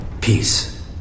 Peace